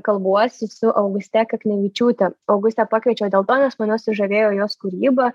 kalbuosi su auguste kaknevičiūte augustę pakviečiau dėl to nes mane sužavėjo jos kūryba